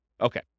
Okay